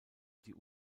die